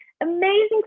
amazing